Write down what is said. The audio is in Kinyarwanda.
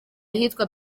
ahitwa